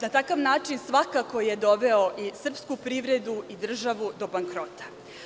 Na takav način svakako je doveo i srpsku privredu i državu do bankrot.